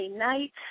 night